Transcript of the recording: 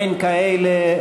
אין כאלה.